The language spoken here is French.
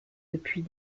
depuis